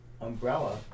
Umbrella